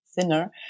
thinner